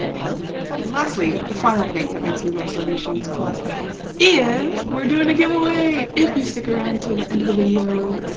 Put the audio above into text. help? and lastly the final thing that makes me love sewing machines plus is we're doing a giveaway. if you stick around till the end of the video.